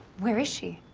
where is she?